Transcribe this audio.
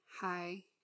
hi